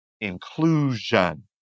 inclusion